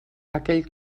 aquell